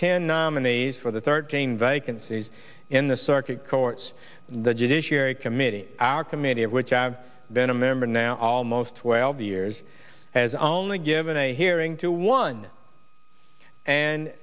ten nominees for the thirteen vacancies in the circuit courts the judiciary committee our committee of which i have been a member now almost twelve years has only given a hearing to one and